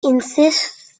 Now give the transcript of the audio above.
insists